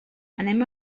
anem